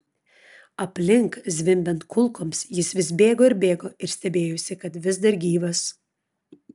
aplink zvimbiant kulkoms jis vis bėgo ir bėgo ir stebėjosi kad vis dar gyvas